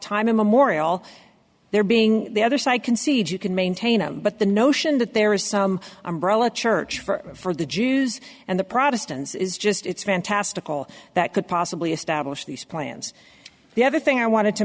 time immemorial their being the other side concede you can maintain a but the notion that there is some umbrella church for the jews and the protestants is just it's fantastical that could possibly establish these plans the other thing i wanted to